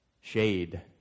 shade